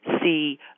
see